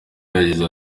yagize